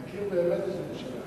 להכיר באמת את ירושלים.